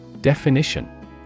Definition